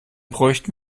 bräuchten